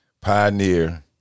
Pioneer